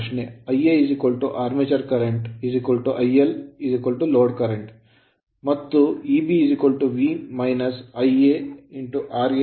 Ia armature current armature current IL load current load current ಮತ್ತು Eb V Ia R ra